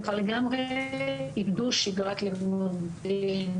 הם כבר לגמרי איבדו שיגרת לימודים.